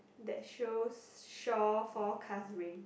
that shows shore forecast rain